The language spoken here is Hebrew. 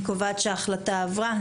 אני קובעת שההחלטה עברה.